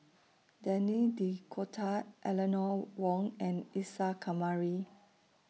Denis D'Cotta Eleanor Wong and Isa Kamari